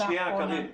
לאחרונה?